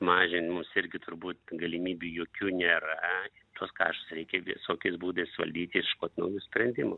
mažinimus irgi turbūt galimybių jokių nėra tuos kaštus reikia visokiais būdais suvaldyt ieškot naujų sprendimų